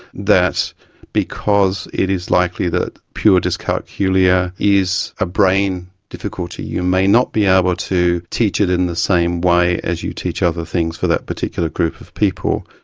that because it is likely that pure dyscalculia is a brain difficulty, you may not be able to teach it in the same way as you teach other things for that particular group of people.